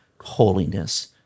holiness